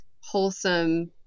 wholesome